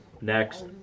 Next